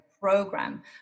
Program